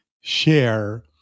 share